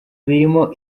birimo